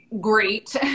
great